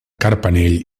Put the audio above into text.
carpanell